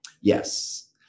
Yes